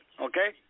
okay